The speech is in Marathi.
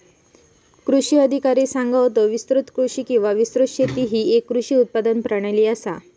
कृषी अधिकारी सांगा होतो, विस्तृत कृषी किंवा विस्तृत शेती ही येक कृषी उत्पादन प्रणाली आसा